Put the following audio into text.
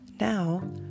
Now